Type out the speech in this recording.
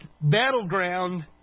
battleground